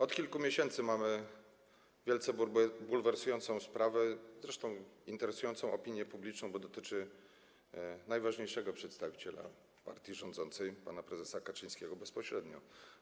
Od kilku miesięcy mamy wielce bulwersującą sprawę, zresztą interesującą opinię publiczną, bo dotyczącą najważniejszego przedstawiciela partii rządzącej pana prezesa Kaczyńskiego bezpośrednio.